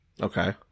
Okay